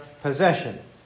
possession